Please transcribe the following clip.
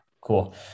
cool